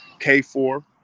K4